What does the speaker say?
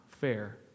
fair